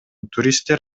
туристтер